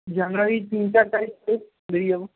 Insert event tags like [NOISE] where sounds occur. জানুয়ারির তিন চার তারিখ [UNINTELLIGIBLE] বেরিয়ে যাব